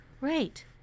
Right